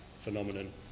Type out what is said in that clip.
phenomenon